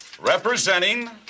representing